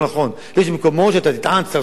יש מקומות שאתה תטען שצריך לעשות צדק,